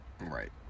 Right